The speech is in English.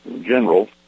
General